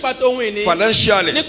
Financially